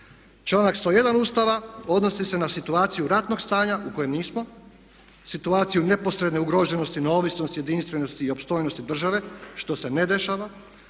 Članak 101. Ustava odnosi se na situaciju ratnog stanja u kojem nismo, situaciju neposredne ugroženosti neovisnosti, jedinstvenosti i opstojnosti države, što se ne dešava,